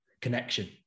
connection